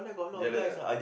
jealous ah